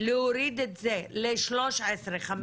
להוריד את זה ל-13,500